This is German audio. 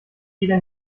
jeder